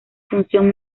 función